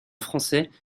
français